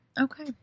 Okay